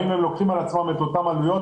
האם הם לוקחים על עצמם את אותן עלויות.